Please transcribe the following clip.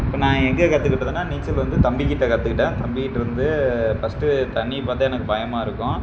இப்போ நான் எங்கே கற்றுக்கிட்டதுனா நீச்சல் வந்து தம்பிக்கிட்டே கற்றுக்கிட்டேன் தம்பிக்கிட்டேருந்து பர்ஸ்ட்டு தண்ணியை பார்த்தே எனக்கு பயமாக இருக்கும்